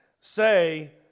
say